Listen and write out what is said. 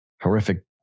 horrific